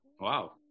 Wow